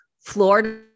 Florida